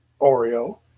oreo